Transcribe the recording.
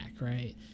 right